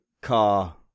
car